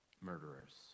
murderers